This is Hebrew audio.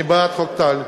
אני בעד חוק טל,